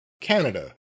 Canada